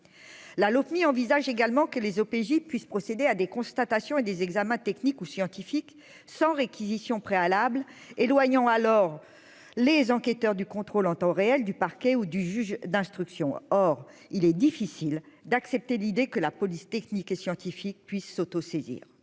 La Lopmi envisage également que les OPJ puisse procéder à des constatations et des examens techniques ou scientifiques sans réquisition préalable éloignant alors les enquêteurs du contrôle en temps réel du parquet ou du juge d'instruction, or il est difficile d'accepter l'idée que la police technique et scientifique puisse s'autosaisir